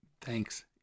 Thanks